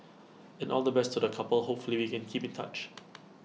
and all the best to the couple hopefully we can keep in touch